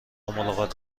ملاقات